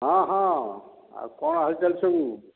ହଁ ହଁ ଆଉ କ'ଣ ହାଲ୍ଚାଲ୍ ସବୁ